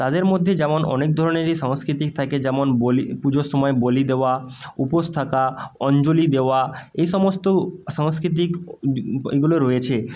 তাদের মধ্যে যেমন অনেক ধরনেরই সাংস্কৃতিক থাকে যেমন বলি পুজোর সময় বলি দেওয়া উপোস থাকা অঞ্জলি দেওয়া এই সমস্ত সাংস্কৃতিক এইগুলো রয়েছে